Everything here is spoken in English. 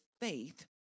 faith